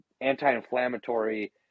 anti-inflammatory